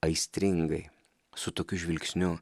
aistringai su tokiu žvilgsniu